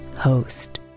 host